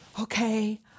okay